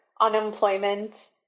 unemployment